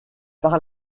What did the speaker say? par